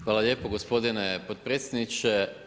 Hvala lijepo gospodine potpredsjedniče.